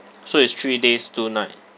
so it's three days two night